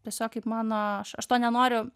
tiesiog kaip mano aš aš to nenoriu